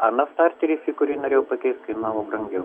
anas starteris į kurį norėjau pakeist kainavo brangiau